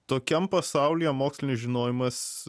tokiam pasaulyje mokslinis žinojimas